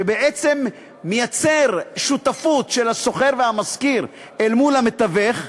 שבעצם מייצר שותפות של השוכר והמשכיר אל מול המתווך,